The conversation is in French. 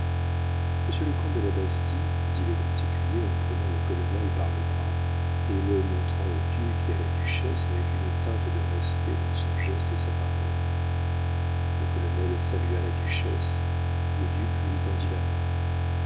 monsieur le comte de la bastie dit le grand écuyer en prenant le colonel par le bras et le montrant au duc et à la duchesse avec une teinte de respect dans son geste et sa parole le colonel salua la duchesse le duc lui tendit la main